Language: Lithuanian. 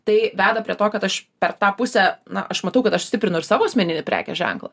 tai veda prie to kad aš per tą pusę na aš matau kad aš stiprinu ir savo asmeninį prekės ženklą